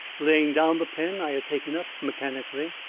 laying down the pen i had taken, up mechanically,